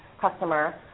customer